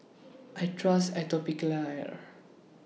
I Trust Atopiclair